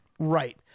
Right